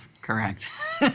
correct